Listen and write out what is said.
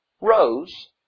rows